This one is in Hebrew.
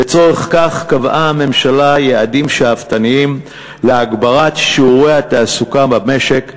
לצורך כך קבעה הממשלה יעדים שאפתניים להגברת שיעורי התעסוקה במשק,